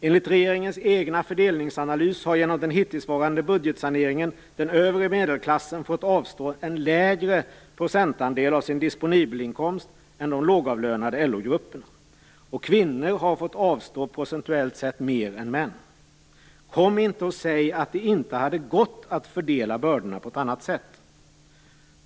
Enligt regeringens egen fördelningsanalys har den övre medelklassen fått avstå en mindre procentandel av sin disponibla inkomst än de lågavlönade LO grupperna genom den hittillsvarande budgetsaneringen. Och kvinnor har fått avstå procentuellt sett mer än män. Kom inte och säg att det inte hade gått att fördela bördorna på ett annat sätt!